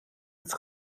het